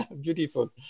beautiful